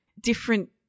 different